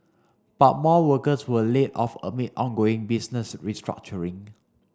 but more workers were laid off amid ongoing business restructuring